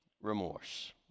remorse